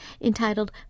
entitled